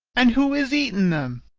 and who has eaten them?